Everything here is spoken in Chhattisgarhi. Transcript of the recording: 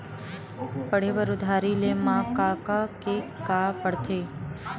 पढ़े बर उधारी ले मा का का के का पढ़ते?